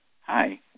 Hi